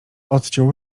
odciął